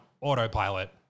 autopilot